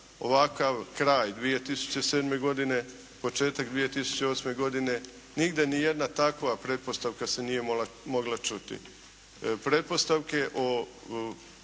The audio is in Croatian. ovakav kraj 2007. godine početak 2008. godine. Nigdje nijedna takva pretpostavka se nije mogla čuti. Pretpostavke o